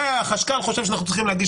אבל החשכ"ל חושב שאנחנו צריכים להגיש